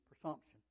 presumption